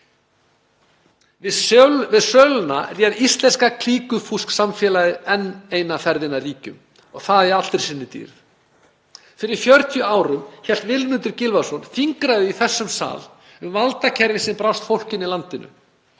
Við söluna réð íslenska klíkufúsksamfélagið enn eina ferðina ríkjum og það í allri sinni dýrð. Fyrir 40 árum hélt Vilmundur Gylfason þingræðu í þessum sal um valdakerfið sem brást fólkinu í landinu.